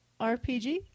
RPG